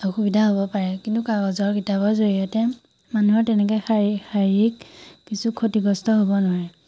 অসুবিধা হ'ব পাৰে কিন্তু কাগজৰ কিতাপৰ জৰিয়তে মানুহৰ তেনেকে শাৰী শাৰীৰিক কিছু ক্ষতিগ্ৰস্ত হ'ব নোৱাৰে